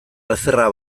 alferra